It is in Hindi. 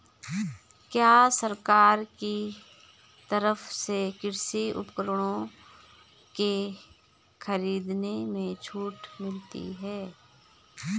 क्या सरकार की तरफ से कृषि उपकरणों के खरीदने में छूट मिलती है?